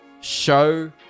Show